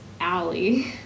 alley